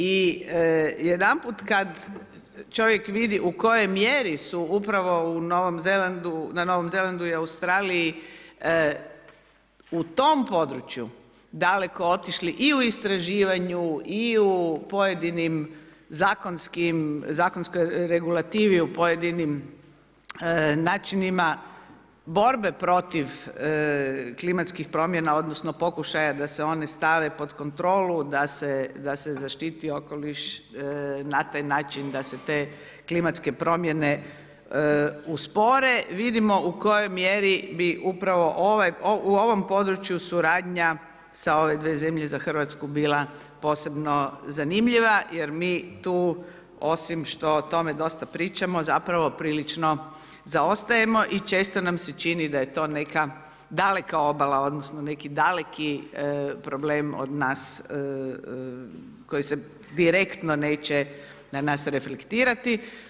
I jedanput kada čovjek vidi u kojoj mjeri su u pravo na Novom Zelandu i Australiji u tom području, daleko otišli i u istraživanju i pojedinim zakonskoj regulativi, u pojedinim načinima borbe protiv klimatskih promjena, odnosno, pokušaja da se one stave pod kontrolu, da se zaštiti okoliš na taj način, da se te klimatske promijene uspore, vidimo u kojoj mjeri bi upravo u ovom području suradnja sa ove dvije zemlje za Hrvatsku bila posebno zanimljiva, jer mi tu osim što o tome dosta pričamo, zapravo prilično zaostajemo i često nam se čini da je to neka daleka obala, odnosno, neki daleki problem od nas, koji se direktno neće na nas reflektirati.